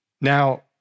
Now